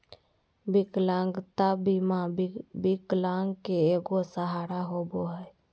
विकलांगता बीमा विकलांग के एगो सहारा होबो हइ